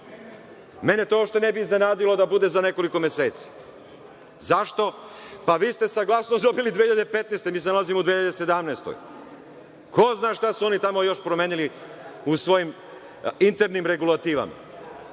Mene to uopšte ne bi iznenadilo da bude za nekoliko meseci. Zašto? Vi ste saglasnost dobili 2015. godine. Mi se nalazimo u 2017. godini. Ko zna šta su oni tamo još promenili u svojim internim regulativama.